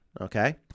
okay